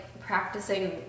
practicing